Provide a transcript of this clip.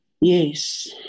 Yes